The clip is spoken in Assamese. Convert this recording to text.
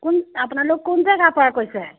কোন আপোনালোক কোন জেগাৰপৰা কৈছে